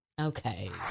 Okay